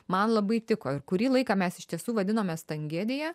man labai tiko kurį laiką mes iš tiesų vadinomės tangedija